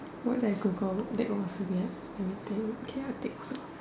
what did I Google that was weird anything okay ah take so